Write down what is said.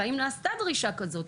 האם נעשתה דרישה כזו?